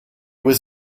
was